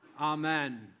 Amen